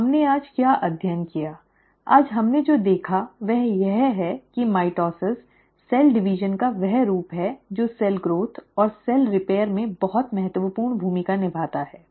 तो हमने आज क्या अध्ययन किया आज हमने जो देखा वह यह है कि माइटोसिस कोशिका विभाजन का वह रूप है जो सेल ग्रोथ और सेल रिपेयर में बहुत महत्वपूर्ण भूमिका निभाता है